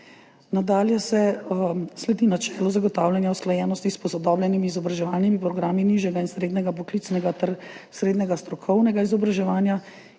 Nadalje se sledi načelu zagotavljanja usklajenosti s posodobljenimi izobraževalnimi programi nižjega in srednjega poklicnega ter srednjega strokovnega izobraževanja,